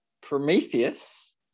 Prometheus